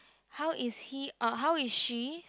how is he uh how is she